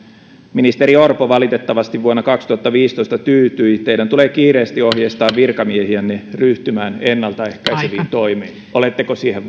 ministeri orpo valitettavasti vuonna kaksituhattaviisitoista tyytyi teidän tulee kiireesti ohjeistaa virkamiehiänne ryhtymään ennaltaehkäiseviin toimiin oletteko siihen